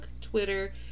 Twitter